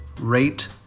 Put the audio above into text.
rate